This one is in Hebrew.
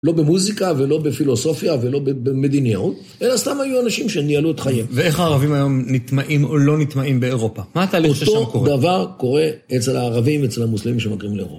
לא במוזיקה ולא בפילוסופיה ולא במדינאות, אלא סתם היו אנשים שניהלו את חיים. ואיך הערבים היום נטמעים או לא נטמעים באירופה? אותו דבר קורה אצל הערבים ואצל המוסלמים שמגיעים לאירופה.